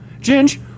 Ginge